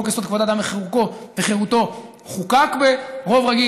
חוק-יסוד: כבוד האדם וחירותו חוקק ברוב רגיל,